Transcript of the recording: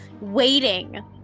waiting